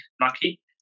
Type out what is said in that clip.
lucky